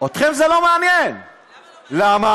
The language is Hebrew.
אתכם זה לא מעניין, למה?